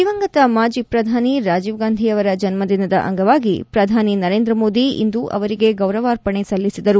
ದಿವಂಗತ ಮಾಜಿ ಪ್ರಧಾನಿ ರಾಜೀವ್ ಗಾಂಧಿಯವರ ಜನ್ನದಿನದ ಅಂಗವಾಗಿ ಇಂದು ಪ್ರಧಾನಮಂತ್ರಿ ನರೇಂದ್ರ ಮೋದಿ ಅವರಿಗೆ ಗೌರವಾರ್ಪಣೆ ಸಲ್ಲಿಸಿದರು